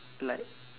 like